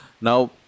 now